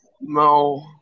no